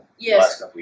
Yes